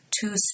Two